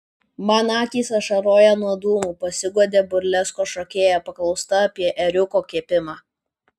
man akys ašaroja nuo dūmų pasiguodė burleskos šokėja paklausta apie ėriuko kepimą